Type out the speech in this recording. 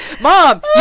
mom